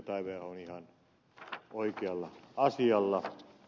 taiveaho on ihan oikealla asialla